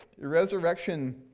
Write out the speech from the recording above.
resurrection